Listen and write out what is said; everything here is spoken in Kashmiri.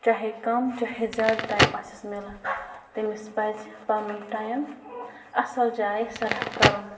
چاہے کم چاہے زیادٕ ٹایِم آسٮ۪س میلان تٔمِس پَزِ پَنُن ٹایِم اَصٕل جایہِ صرف کَرُن